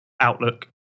outlook